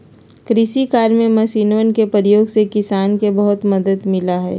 कृषि कार्य में मशीनवन के प्रयोग से किसान के बहुत मदद मिला हई